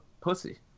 pussy